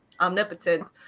omnipotent